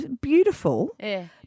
beautiful